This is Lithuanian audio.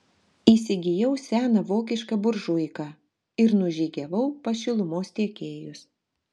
įsigijau seną vokišką buržuiką ir nužygiavau pas šilumos tiekėjus